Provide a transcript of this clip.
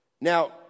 Now